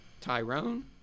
Tyrone